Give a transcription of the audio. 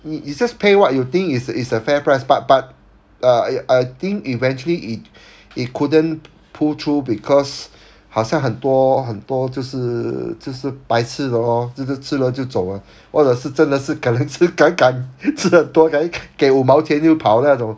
你 you just pay what you think is is a fair price but but uh I think eventually it it couldn't pull through because 好像很多很多就是就是白吃的 lor 就是吃了就走了或者是真的是可能吃敢敢吃很多 then 给五毛钱就跑那种